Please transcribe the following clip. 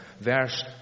verse